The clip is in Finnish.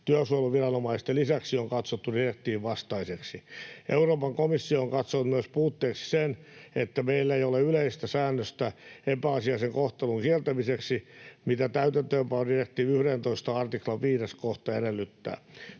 työsuojeluviranomaisten lisäksi on katsottu direktiivin vastaiseksi. Euroopan komissio on katsonut puutteeksi myös sen, että meillä ei ole yleistä säännöstä epäasiallisen kohtelun kieltämiseksi, mitä täytäntöönpanodirektiivin 11 artiklan 5 kohta edellyttää.